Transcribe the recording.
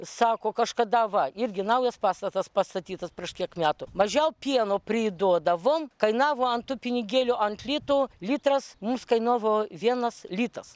sako kažkada va irgi naujas pastatas pastatytas prieš kiek metų mažiau pieno priduodavom kainavo ant tų pinigėlių ant lito litras mums kainavo vienas litas